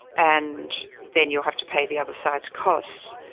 and then you'll have to pay the other side's costs.